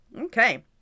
Okay